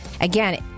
again